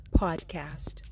podcast